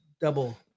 double